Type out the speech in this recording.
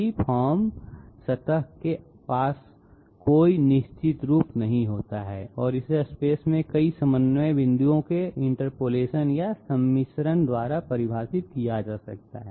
free form की सतह के पासकोई निश्चित रूप नहीं होता है और इसे स्पेस में कई समन्वय बिंदुओं के इंटरपोलेशन या सम्मिश्रण द्वारा परिभाषित किया जा सकता है